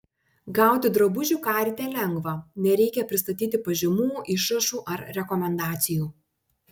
gauti drabužių carite lengva nereikia pristatyti pažymų išrašų ar rekomendacijų